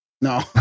No